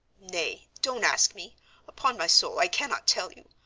nay, don't ask me upon my soul i cannot tell you.